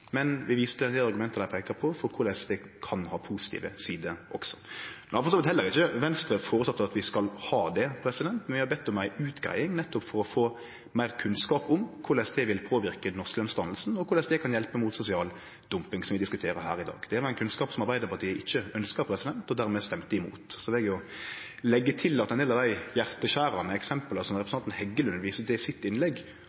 men vi viste til det argumentet dei peika på for korleis det kan ha positive sider også. No har for så vidt heller ikkje Venstre føreslått at vi skal ha det, men vi har bedt om ei utgreiing, nettopp for å få meir kunnskap om korleis det vil påverke den norske lønsdanninga, og korleis det kan hjelpe mot sosial dumping, som vi diskuterer her i dag. Det var ein kunnskap som Arbeidarpartiet ikkje ønskte, og dermed stemte imot. Så vil eg leggje til at ein del av dei hjarteskjerande eksempla som